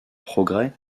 progrès